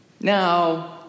Now